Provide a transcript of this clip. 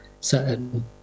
certain